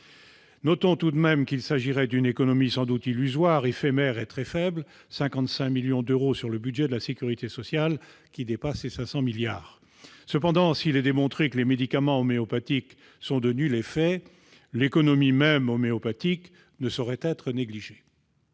Notons tout de même qu'il s'agirait d'une économie sans doute illusoire, éphémère et très faible : 55 millions d'euros pour le budget de la sécurité sociale, qui dépasse les 500 milliards. Cependant, s'il est démontré que les médicaments homéopathiques sont de nul effet, l'économie même homéopathique ne saurait être négligée.